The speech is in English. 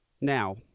now